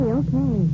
okay